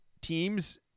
teams